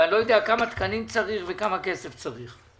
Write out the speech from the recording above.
ואני לא יודע כמה תקנים צריך וכמה כסף צריך.